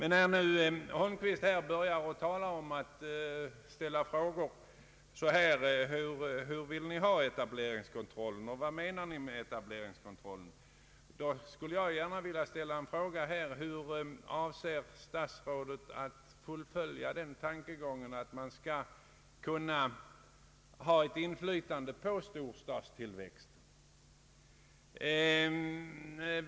När statsrådet Holmqvist nu frågar hur vi vill ha etableringskontrollen utformad och vad vi menar i centern med etableringskontroll, skulle jag vilja ställa en motfråga, nämligen hur statsrådet avser att fullfölja den tankegången så att det blir möjligt att få ett inflytande över storstadstillväxten.